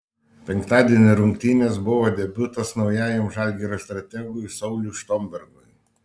penktadienio rungtynės buvo debiutas naujajam žalgirio strategui sauliui štombergui